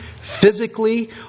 physically